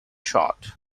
shot